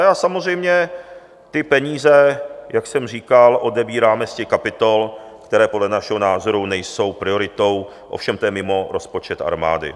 A samozřejmě ty peníze, jak jsem říkal, odebíráme z kapitol, které podle našeho názoru nejsou prioritou, ovšem to je mimo rozpočet armády.